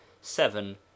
seven